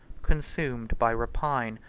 consumed by rapine,